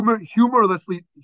humorlessly